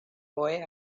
boy